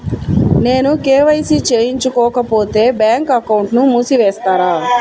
నేను కే.వై.సి చేయించుకోకపోతే బ్యాంక్ అకౌంట్ను మూసివేస్తారా?